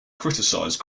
criticized